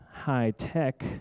high-tech